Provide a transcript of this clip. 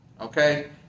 Okay